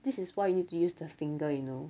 this is why you need to use the finger you know